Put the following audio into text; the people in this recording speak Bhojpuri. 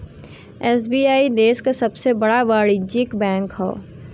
एस.बी.आई देश क सबसे बड़ा वाणिज्यिक बैंक हौ